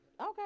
Okay